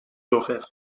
horaires